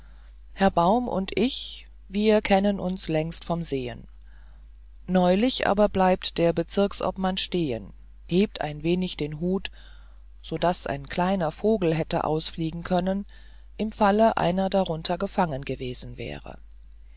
herr baum und ich wir kennen uns längst vom sehen neulich aber bleibt der bezirksobmann stehen hebt ein wenig den hut so daß ein kleiner vogel hätte ausfliegen können im falle einer drunter gefangen gewesen wäre